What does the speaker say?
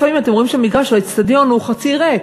לפעמים אתם רואים שהמגרש או האיצטדיון הוא חצי ריק,